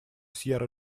сьерра